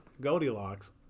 Goldilocks